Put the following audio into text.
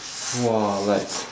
!wah! like